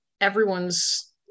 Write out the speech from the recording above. everyone's